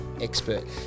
expert